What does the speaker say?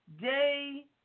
Day